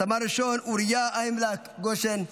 סמ"ר אוריה איימלק גושן,